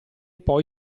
poi